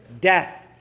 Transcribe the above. death